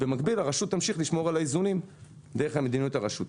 במקביל הרשות תמשיך לשמור על האיזונים דרך המדיניות הרשותית.